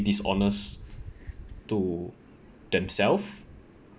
dishonest to themself